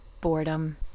boredom